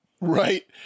right